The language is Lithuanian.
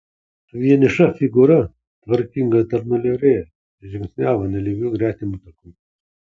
vieniša figūra tvarkinga tarno livrėja žingsniavo nelygiu gretimu taku